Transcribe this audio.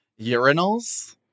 urinals